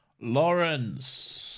Lawrence